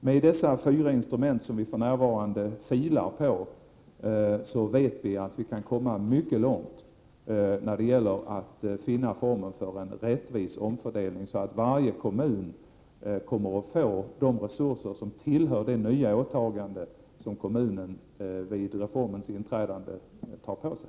Med dessa fyra instrument som vi för närvarande filar på, vet vi att vi kan komma mycket långt när det gäller att finna former för en rättvis omfördelning, så att varje kommun kommer att få de resurser som ingår i det nya åtagande som kommunen, när reformen införs, tar på sig.